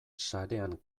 sarean